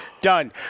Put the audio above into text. done